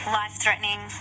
life-threatening